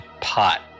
pot